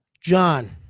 John